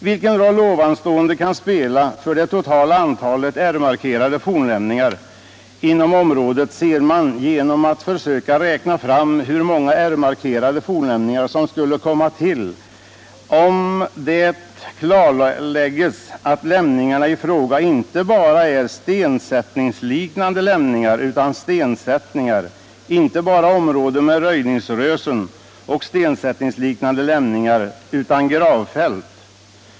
Vilken roll detta kan spela för det totala antalet R-markerade fornlämningar inom området ser man genom att försöka räkna fram hur många R-markerade fornlämningar som skulle komma till, om det klarläggs att lämningarna i fråga inte bara är ”stensättningsliknande lämningar” utan stensättningar, inte bara ”område med röjningsrösen och stensättningsliknande lämningar” utan gravfält.